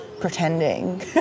pretending